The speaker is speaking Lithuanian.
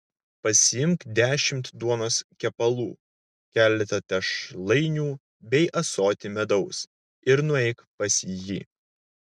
pasiimk dešimt duonos kepalų keletą tešlainių bei ąsotį medaus ir nueik pas jį